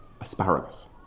Asparagus